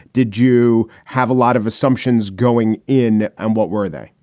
did you have a lot of assumptions going in? and what were they?